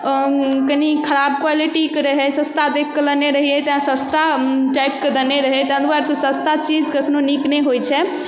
कनि खराब क्वालिटीके रहै सस्ता देखिकऽ लेने रहिए तेँ सस्ता टाइपके देने रहै ताहि दुआरेसँ सस्ता चीज कखनो नीक नहि होइ छै